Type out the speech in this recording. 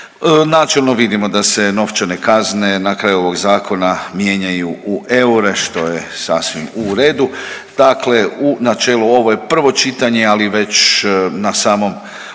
Načelno vidimo da se novčane kazne na kraju ovog zakona mijenjaju u eure što je sasvim u redu. Dakle u načelu ovo je prvo čitanje, ali već na samom